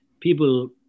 people